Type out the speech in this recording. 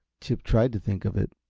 chip tried to think of it,